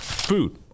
Food